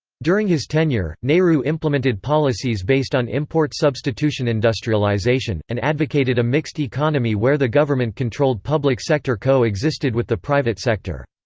during his tenure, nehru implemented policies based on import substitution industrialisation, and advocated a mixed economy where the government-controlled public sector co-existed with the private sector.